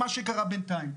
מה שקרה בינתיים.